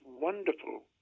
wonderful